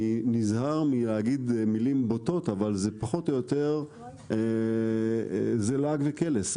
אני נזהר מלהגיד מילים בוטות אבל זה פחות או יותר לעג וקלס.